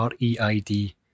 REID